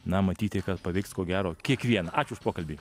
na matyti kad paveiks ko gero kiekvieną ačiū už pokalbį